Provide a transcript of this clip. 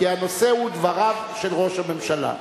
כי הנושא הוא דבריו של ראש הממשלה.